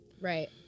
Right